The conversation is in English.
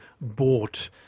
bought